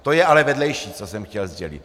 To je ale vedlejší, co jsem chtěl sdělit.